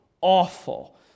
awful